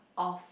of